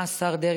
השר דרעי,